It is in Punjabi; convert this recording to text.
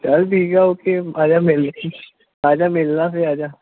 ਚਲ ਠੀਕ ਆ ਓਕੇ ਆਜਾ ਮਿਲ ਆਜਾ ਮਿਲਣਾ ਤੇ ਆਜਾ